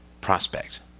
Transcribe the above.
prospect